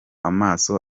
amaso